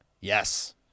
Yes